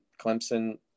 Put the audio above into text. Clemson